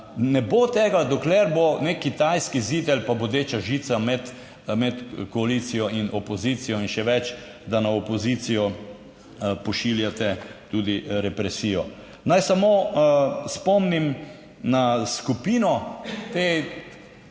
ne bo tega, dokler bo neki kitajski zid ali pa bodeča žica med, med koalicijo in opozicijo in še več, da na opozicijo pošiljate tudi represijo. Naj samo spomnim na skupino, to